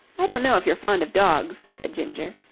i don't know if you're fond of dogs? said ginger.